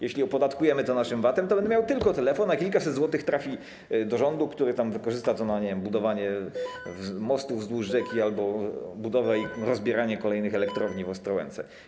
Jeśli opodatkujemy to naszym VAT-em, to będę miał tylko telefon, a kilkaset złotych trafi do rządu, który wykorzysta to na budowanie mostów wzdłuż rzeki albo budowę i rozbieranie kolejnych elektrowni w Ostrołęce.